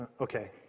okay